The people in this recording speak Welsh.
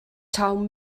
taw